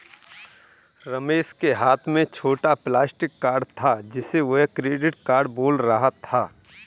रमेश के हाथ में छोटा प्लास्टिक कार्ड था जिसे वह क्रेडिट कार्ड बोल रहा था